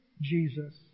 Jesus